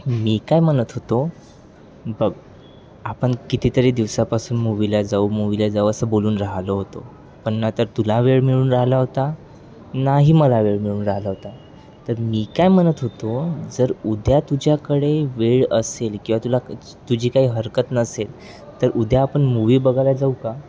मी काय म्हणत होतो बघ आपण कितीतरी दिवसापासून मूवीला जाऊ मुवीला जाऊ असं बोलून राहिलो होतो पण ना तर तुला वेळ मिळून राहिला होता नाही मला वेळ मिळून राहिला होता तर मी काय म्हणत होतो जर उद्या तुझ्याकडे वेळ असेल किंवा तुला तुझी काही हरकत नसेल तर उद्या आपण मूवी बघायला जाऊ का